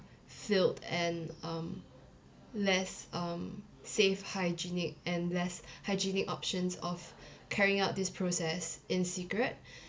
filled and um less um safe hygienic and less hygienic options of carrying out this process in secret